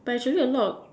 but actually a lot of